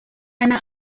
أنا